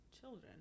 Children